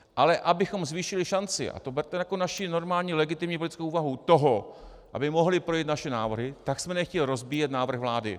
Ale abychom zvýšili šanci, a to berte jako naši normální legitimní politickou úvahu toho, aby mohly projít naše návrhy, tak jsme nechtěli rozbíjet návrh vlády.